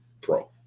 pro